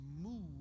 move